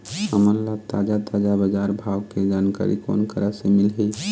हमन ला ताजा ताजा बजार भाव के जानकारी कोन करा से मिलही?